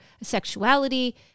sexuality